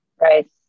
right